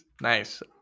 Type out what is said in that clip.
nice